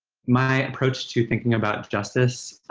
my approach to thinking about justice